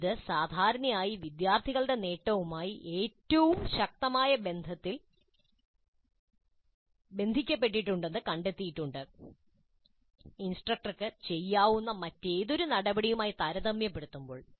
ഇത് സാധാരണയായി വിദ്യാർത്ഥികളുടെ നേട്ടവുമായി ഏറ്റവും ശക്തമായി ബന്ധപ്പെട്ടിരിക്കുന്നുവെന്ന് കണ്ടെത്തിയിട്ടുണ്ട് ഇൻസ്ട്രക്ടർക്ക് ചെയ്യാവുന്ന മറ്റേതൊരു നടപടിയുമായി താരതമ്യപ്പെടുത്തുമ്പോൾ